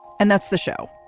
and that's the show.